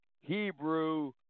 Hebrew